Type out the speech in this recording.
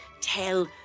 Tell